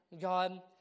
God